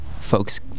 folks